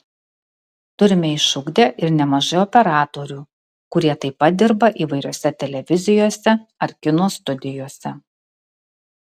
turime išugdę ir nemažai operatorių kurie taip pat dirba įvairiose televizijose ar kino studijose